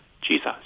Jesus